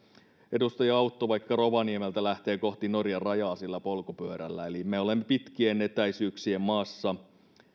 edustaja autto vaikka rovaniemeltä lähtee kohti norjan rajaa sillä polkupyörällä eli me olemme pitkien etäisyyksien maassa